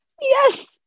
yes